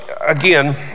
again